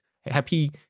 Happy